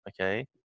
okay